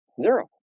Zero